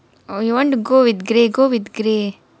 oh you want to go with grey go with grey